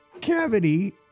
cavity